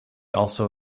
also